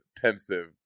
pensive